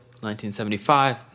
1975